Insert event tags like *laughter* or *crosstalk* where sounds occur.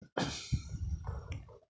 *coughs*